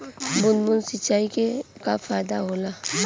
बूंद बूंद सिंचाई से का फायदा होला?